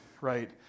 right